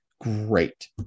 Great